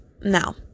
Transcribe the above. now